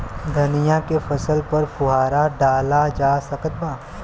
धनिया के फसल पर फुहारा डाला जा सकत बा?